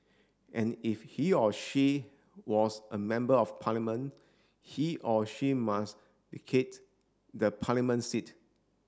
and if he or she was a Member of Parliament he or she must vacate the parliament seat